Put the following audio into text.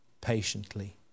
patiently